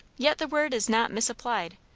yet the word is not misapplied.